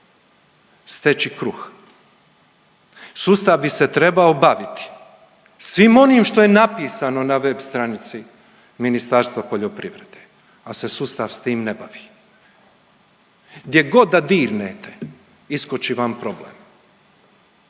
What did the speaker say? steći kruh. Sustav bi se trebao baviti svim onim što je napisano na web stranici Ministarstva poljoprivrede, ali se sustav s tim ne bavi. Gdje god da dirnete, iskoči vam problem.